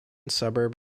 suburb